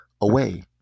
away